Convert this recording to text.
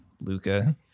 luca